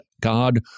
God